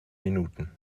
minuten